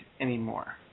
anymore